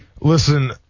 listen